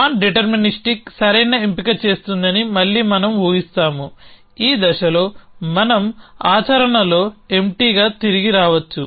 non-deterministic సరైన ఎంపిక చేస్తుందని మళ్లీ మనం ఊహిస్తాము ఈ దశలో మనం ఆచరణలో ఎంప్టీగా తిరిగి రావచ్చు